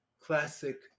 classic